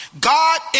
God